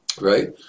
right